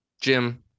Jim